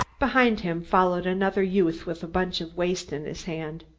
behind him followed another youth with a bunch of waste in his hand.